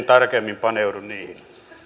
tarkemmin paneudu niihin